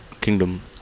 kingdom